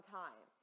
time